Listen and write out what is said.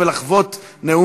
זה מה שיביא לנו את הישועה.